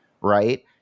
right